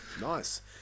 Nice